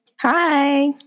Hi